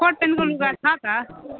coat प्यान्टको लुगा छ त